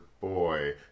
boy